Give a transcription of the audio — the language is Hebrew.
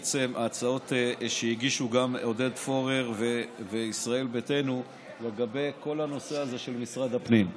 להצעות שהגישו עודד פורר וישראל ביתנו לגבי כל הנושא הזה של משרד הפנים.